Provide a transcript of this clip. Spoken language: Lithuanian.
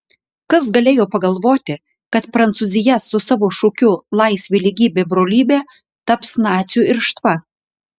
kas galėjo pagalvoti kad prancūzija su savo šūkiu laisvė lygybė brolybė taps nacių irštva